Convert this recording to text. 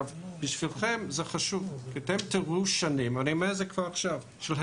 בשבילכם זה חשוב כי אתם תראו שנים של הפסדים.